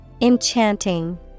Enchanting